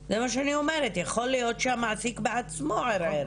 זה מה שאני אומרת, יכול להיות שהמעסיק בעצמו ערער.